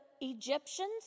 Egyptians